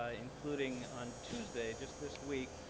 ah including on tuesday just this week,